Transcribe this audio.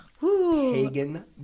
Pagan